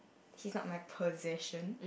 he's not my possession